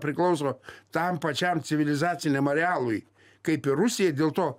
priklauso tam pačiam civilizaciniam arealui kaip ir rusija dėl to